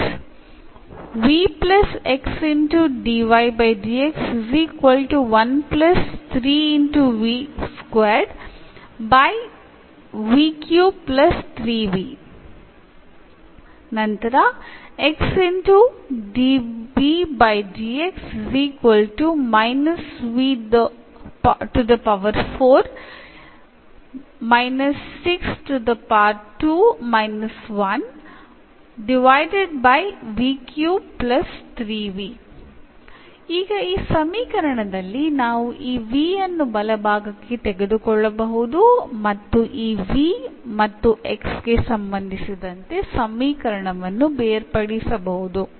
എന്ന് സബ്സ്റ്റിറ്റ്യൂട്ട് ചെയ്താൽ എന്നു വരികയും തന്നിരിക്കുന്ന സമവാക്യം എന്നാവുകയും ചെയ്യുന്നു